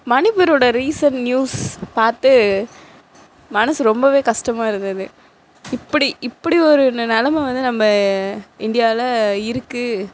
மணிப்பூரோட recent news பார்த்து மனசு ரொம்பவே கஷ்டமாக இருந்தது இப்படி இப்படி ஒரு நிலைம வந்து நம்ம இந்தியாவில் இருக்குது